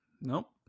nope